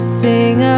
sing